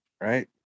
right